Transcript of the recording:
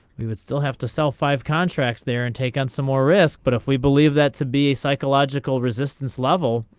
we would still have to sell five contracts there and take on some more risk but if we believe that to be a psychological resistance level.